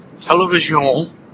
television